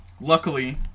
luckily